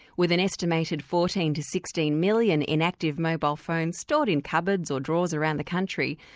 with an estimated fourteen to sixteen million inactive mobile phones stored in cupboards or drawers around the country,